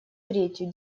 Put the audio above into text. третью